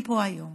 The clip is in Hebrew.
אני פה היום